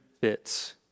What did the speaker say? fits